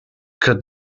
could